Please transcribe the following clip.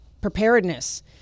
preparedness